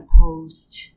post